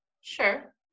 Sure